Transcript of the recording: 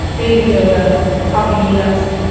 baby yoga, and coffee meet ups